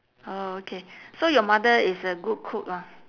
orh okay so your mother is a good cook lah